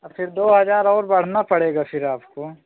फिर दो हज़ार और बढ़ना पड़ेगा फिर आपको